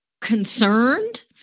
concerned